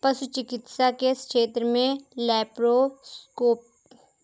पशु चिकित्सा के क्षेत्र में लैप्रोस्कोपिक तकनीकों का भी विकास किया गया है